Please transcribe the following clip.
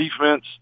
defense